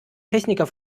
techniker